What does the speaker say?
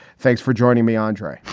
thanks for joining me, andre.